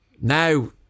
now